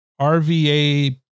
RVA